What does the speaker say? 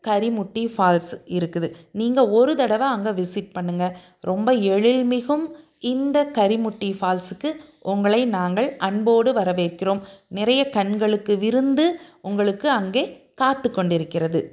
Karimutti falls இருக்குது நீங்கள் ஒரு தடவை அங்கே விசிட் பண்ணுங்கள் ரொம்ப எழில் மிகும் இந்த கரிமுட்டி ஃபால்ஸுக்கு உங்களை நாங்கள் அன்போடு வரவேற்கிறோம் நிறைய கண்களுக்கு விருந்து உங்களுக்கு அங்கே காத்துக் கொண்டு இருக்கிறது